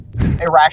irrational